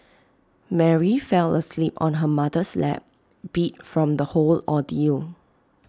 Mary fell asleep on her mother's lap beat from the whole ordeal